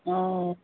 অঁ